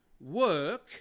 work